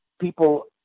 people